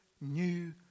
new